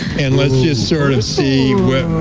and let's just sort of see.